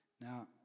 Now